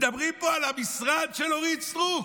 מדברים פה על המשרד של אורית סטרוק.